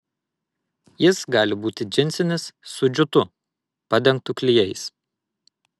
jis gali būti džinsinis su džiutu padengtu klijais